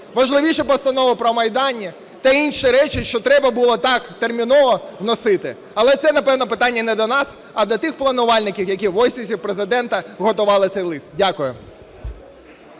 важливіше постанови про Майдан та інші речі, що треба було так терміново вносити? Але це, напевно, питання не до нас, а до тих планувальників, які в Офісі Президента готували цей лист. Дякую.